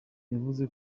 yavuze